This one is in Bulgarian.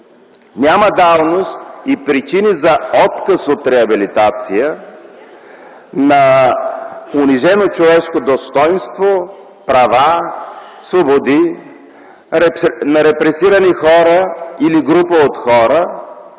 няма давност и причини за отказ от реабилитация на унижено човешко достойнство, на права, свободи, на репресирани хора или групи от хора.